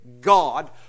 God